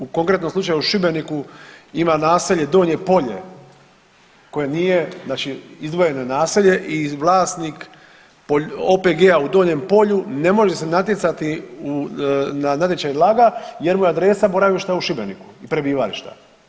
U konkretnom slučaju u Šibeniku ima naselje Donje Polje koje nije, znači izdvojeno je naselje i vlasnik OPG-a u Donjem Polju ne može se natjecati na natječaju LAG-a jer mu je adresa boravišta u Šibeniku, prebivališta.